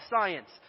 science